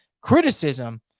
criticism